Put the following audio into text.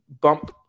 bump